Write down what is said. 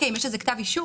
אם יש לזה כתב אישור,